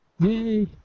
Yay